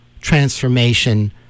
transformation